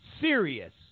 Serious